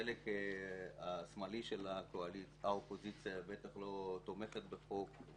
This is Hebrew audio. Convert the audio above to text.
חלק השמאלי של האופוזיציה בטח לא תומך בחוק.